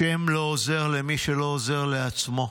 השם לא עוזר למי שלא עוזר לעצמו.